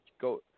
go